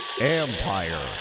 Empire